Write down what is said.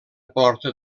porta